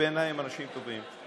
שבעיניי הם אנשים טובים,